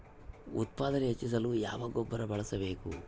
ಉತ್ಪಾದನೆ ಹೆಚ್ಚಿಸಲು ಯಾವ ಗೊಬ್ಬರ ಬಳಸಬೇಕು?